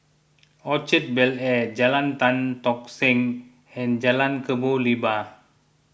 Orchard Bel Air Jalan Tan Tock Seng and Jalan Kebun Limau